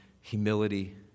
humility